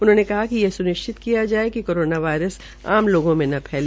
उन्होंने कहा कि ये सुनिश्चित किया जाये कि कोरोना वायरस आम लोगों में न फैले